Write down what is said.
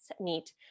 meet